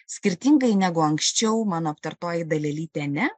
skirtingai negu anksčiau mano aptartoji dalelyte ne